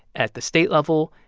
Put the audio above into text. at the state level,